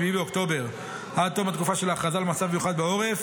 באוקטובר עד תום התקופה של ההכרזה על מצב מיוחד בעורף,